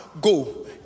go